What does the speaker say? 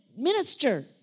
Minister